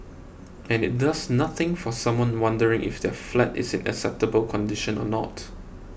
and it does nothing for someone wondering if their flat is in acceptable condition or not